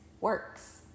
works